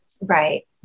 Right